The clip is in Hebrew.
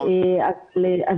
זה